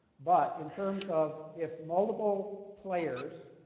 but in terms of if multiple players